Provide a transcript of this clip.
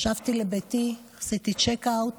שבתי לביתי, עשיתי צ'ק-אאוט,